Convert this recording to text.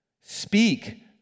Speak